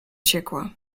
ciekła